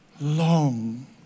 long